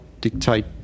dictate